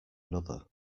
another